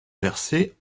verser